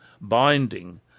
binding